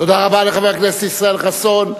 תודה רבה לחבר הכנסת ישראל חסון.